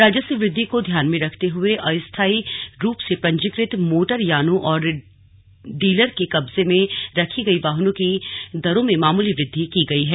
राजस्व वृद्धि को ध्यान में रखते हुए अस्थाई रूप से पंजीकृत मोटर यानों और डीलर के कब्जे में रखी गई वाहनों की दरों में मामूली वृद्धि की गई है